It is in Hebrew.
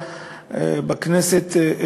בכנסת,